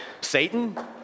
Satan